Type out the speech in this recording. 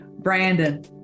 Brandon